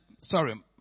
sorry